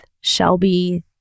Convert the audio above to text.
Shelby